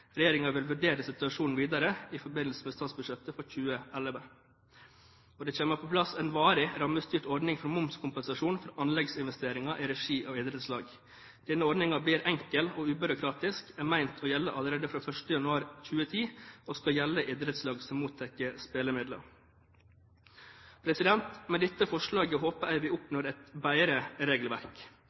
vil vurdere situasjonen videre i forbindelse med statsbudsjettet for 2011. Det kommer på plass en varig, rammestyrt ordning for momskompensasjon for anleggsinvesteringer i regi av idrettslag. Denne ordningen blir enkel og ubyråkratisk, er ment å gjelde allerede fra 1. januar 2010, og skal gjelde idrettslag som mottar spillemidler. Med dette forslaget håper jeg vi oppnår et bedre regelverk.